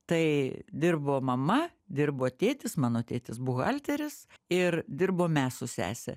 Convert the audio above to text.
tai dirbo mama dirbo tėtis mano tėtis buhalteris ir dirbom mes su sese